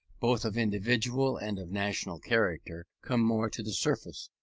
both of individual and of national character, come more to the surface,